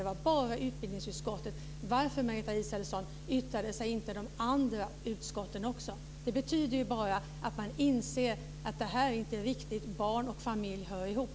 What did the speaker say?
Det var bara utbildningsutskottet som yttrade sig. Varför yttrade sig inte de andra utskotten också, Margareta Israelsson? Det betyder bara att man inser att det inte är riktigt att barn och familj hör ihop.